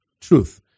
Truth